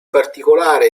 particolare